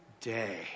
day